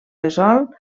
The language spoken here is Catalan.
resolt